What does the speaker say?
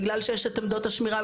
בגלל שיש את עמדות השמירה,